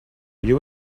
you